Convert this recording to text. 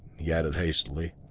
he added hastily,